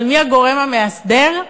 אבל מי הגורם המאסדר?